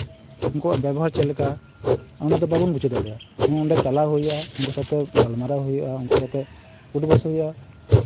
ᱩᱱᱠᱩᱣᱟᱜ ᱵᱮᱵᱚᱦᱟᱨ ᱪᱮᱫ ᱞᱮᱠᱟ ᱚᱱᱟ ᱫᱚ ᱵᱟᱵᱚᱱ ᱵᱩᱡᱷᱟᱹᱣ ᱫᱟᱲᱮᱭᱟᱜᱼᱟ ᱚᱸᱰᱮ ᱪᱟᱞᱟᱣ ᱦᱩᱭᱩᱜᱼᱟ ᱩᱱᱠᱩ ᱥᱟᱛᱮᱜ ᱜᱟᱞᱢᱟᱨᱟᱣ ᱦᱩᱭᱩᱜᱼᱟ ᱩᱱᱠᱩ ᱥᱟᱛᱮᱜ ᱩᱴᱵᱳᱥ ᱦᱩᱭᱩᱜᱼᱟ